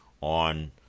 on